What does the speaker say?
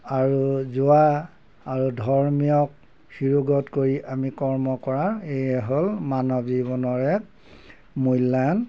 আৰু যোৱা আৰু ধৰ্মীয়ক কৰি আমি কৰ্ম কৰা এই হ'ল মানৱ জীৱনৰ এক মূল্যায়ন